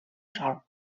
sol